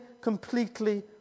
completely